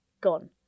gone